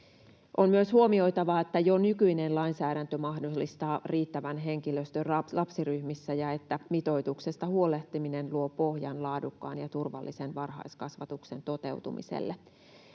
On myös huomioitava, että jo nykyinen lainsäädäntö mahdollistaa riittävän henkilöstön lapsiryhmissä ja että mitoituksesta huolehtiminen luo pohjan laadukkaan ja turvallisen varhaiskasvatuksen toteutumiselle.